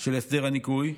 של הסדר הניכוי,